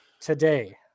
today